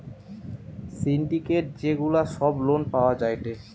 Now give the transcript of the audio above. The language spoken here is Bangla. সিন্ডিকেট যে গুলা সব লোন পাওয়া যায়টে